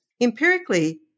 Empirically